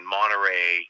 Monterey